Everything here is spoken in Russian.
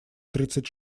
тридцать